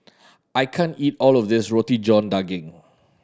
I can't eat all of this Roti John Daging